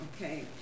okay